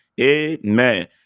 Amen